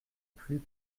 plus